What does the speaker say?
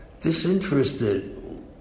disinterested